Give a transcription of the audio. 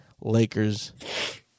Lakers